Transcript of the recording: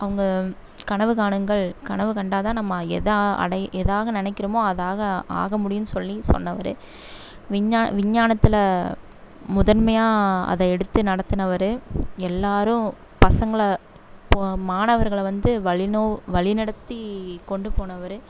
அவங்க கனவுகாணுங்கள் கனவு கண்டால்தான் நம்ம எதாக அடை எதாக நினைக்கிறோமோ அதாக ஆக முடியும்ன் சொல்லி சொன்னவர் விஞ்ஞா விஞ்ஞானத்தில் முதன்மையாக அதை எடுத்து நடத்துனவர் எல்லாேரும் பசங்களை பொ மாணவர்களை வந்து வழினவ் வழிநடத்தி கொண்டு போனவர்